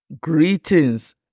greetings